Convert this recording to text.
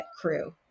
crew